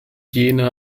jena